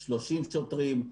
30 שוטרים,